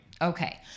okay